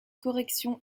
correction